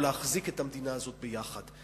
או להחזיק את המדינה הזאת ביחד.